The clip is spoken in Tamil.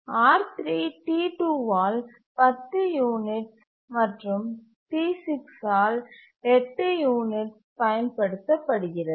R3 T2 ஆல் 10 யூனிட்ஸ் மற்றும் T6 ஆல் 8 யூனிட்ஸ் பயன்படுத்தப்படுகிறது